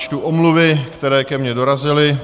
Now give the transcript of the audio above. Přečtu omluvy, které ke mně dorazily.